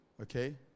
Okay